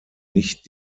nicht